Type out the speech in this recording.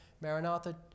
maranatha